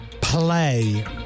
play